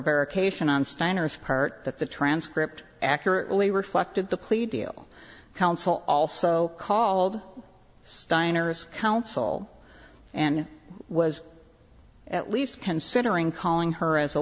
ication on steiner's part that the transcript accurately reflected the plea deal counsel also called steiner's counsel and was at least considering calling her as a